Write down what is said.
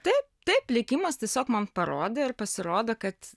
taip taip likimas tiesiog man parodė ir pasirodo kad